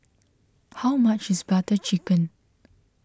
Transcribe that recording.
how much is Butter Chicken